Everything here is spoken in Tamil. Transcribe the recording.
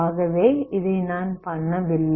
ஆகவே இதை நான் பண்ணவில்லை